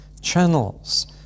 channels